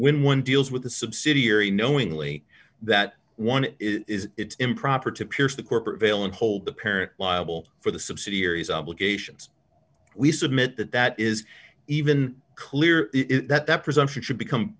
when one deals with the subsidiary knowingly that one is improper to pierce the corporate veil and hold the parent liable for the subsidiaries obligations we submit that that is even clear that that presumption should become